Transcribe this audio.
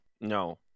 No